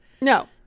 no